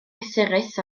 gysurus